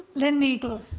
lynne neagle